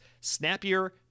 snappier